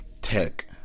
tech